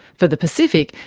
for the pacific,